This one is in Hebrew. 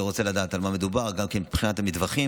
אני רוצה לדעת על מה מדובר גם מבחינת הטווחים